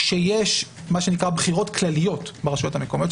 כשיש מה שנקרא בחירות כלליות ברשויות המקומיות,